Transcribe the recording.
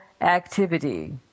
activity